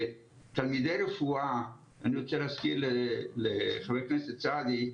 תלמידי רפואה, אני רוצה להזכיר לחבר הכנסת סעדי,